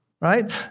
right